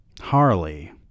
Harley